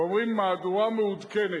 ואומרים: מהדורה מעודכנת,